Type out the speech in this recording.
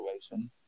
situation